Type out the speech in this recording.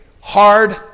hard